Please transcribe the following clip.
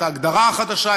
את ההגדרה החדשה,